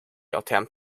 attempt